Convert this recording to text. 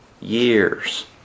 years